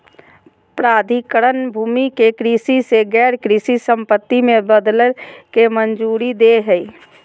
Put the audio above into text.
प्राधिकरण भूमि के कृषि से गैर कृषि संपत्ति में बदलय के मंजूरी दे हइ